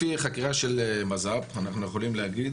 לפי חקירה של מז"פ אנחנו יכולים להגיד